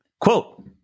quote